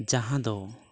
ᱡᱟᱦᱟᱸ ᱫᱚ